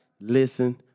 listen